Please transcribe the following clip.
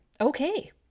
okay